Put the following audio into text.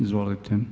Izvolite.